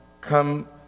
come